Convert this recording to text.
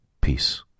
Peace